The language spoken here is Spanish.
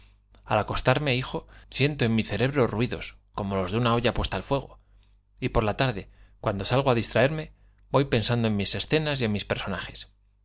al acostare hijo siento en mi cerebro ruidos como los de una olla al y por la calle cuando salgo á dis puesta fuego traerme voy pensando en mis escenas y en mis